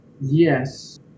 yes